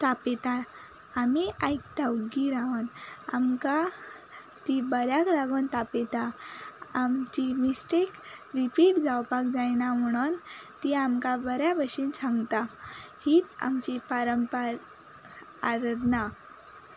तापयता आमी आयकता उग्गी रावून आमकां तीं बऱ्याक लागून तापयता आमची मिस्टेक रिपीट जावपाक जायना म्हणून तीं आमकां बऱ्या भशेन सांगता हीत आमची पारंपा आरधना